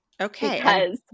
Okay